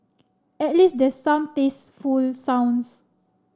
at least there's some tasteful sounds